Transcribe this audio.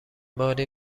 باری